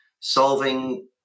Solving